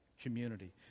community